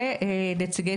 וארבעה נציגי